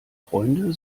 freunde